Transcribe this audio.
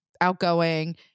outgoing